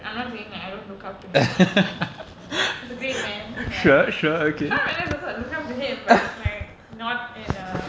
I'm not saying like I don't look up to him or anything he is a great man ya shawn mendes also I like up to him but like not in a